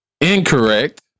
incorrect